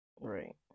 Right